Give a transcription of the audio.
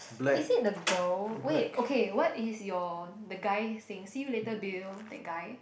is it the girl wait okay what is your the guy saying see you later Bill that guy